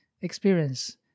experience